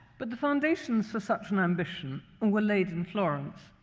but the foundations for such an ambition were laid in florence,